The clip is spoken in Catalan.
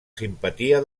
simpatia